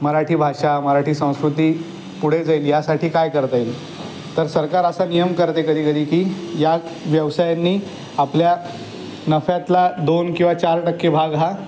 मराठी भाषा मराठी सांस्कृती पुढे जाईल यासाठी काय करता येईल तर सरकार असा नियम करते कधीकधी की या व्यवसायांनी आपल्या नफ्यातला दोन किंवा चार टक्के भाग हा